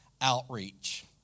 outreach